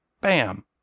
Bam